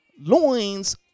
loins